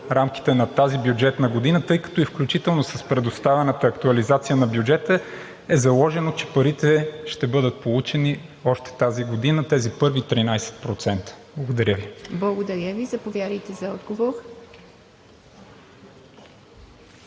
рамките на тази бюджетна година, тъй като включително и с предоставената актуализация на бюджета е заложено, че парите ще бъдат получени още тази година – тези първи 13%? Благодаря Ви. ПРЕДСЕДАТЕЛ ИВА МИТЕВА: Благодаря